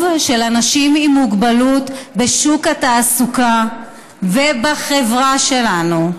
של אנשים עם מוגבלות בשוק התעסוקה ובחברה שלנו.